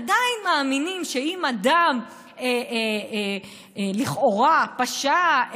עדיין הם מאמינים שאם אדם לכאורה פשע,